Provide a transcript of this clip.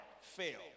fail